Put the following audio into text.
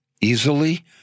easily